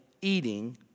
eating